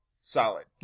solid